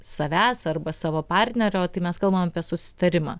savęs arba savo partnerio o tai mes kalbam apie susitarimą